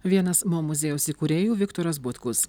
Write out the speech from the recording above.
vienas mo muziejaus įkūrėjų viktoras butkus